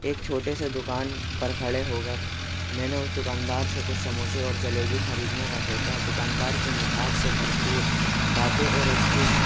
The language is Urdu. ایک چھوٹے سے دکان پر کھڑے ہو کر میں نے اس دکاندار سے کچھ سموسے اور جلیبی خریدنے کا سوچا دکاندار کے میٹھاس سے بھرپور باتیں اور اس کی